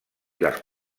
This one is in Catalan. les